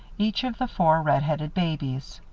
each of the four red-headed babies.